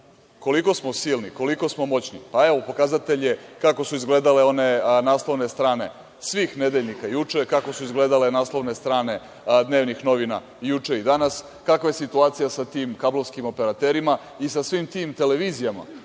Koliko smo silni, koliko smo moćni pokazatelj je kako su izgledale one naslovne strane svih nedeljnika juče, kako su izgledale naslovne strane dnevnih novina juče i danas, kakva je situacija sa tim kablovskim operaterima i sa svim tim televizijama